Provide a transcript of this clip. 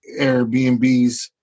Airbnbs